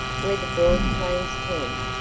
where the broad plains tend,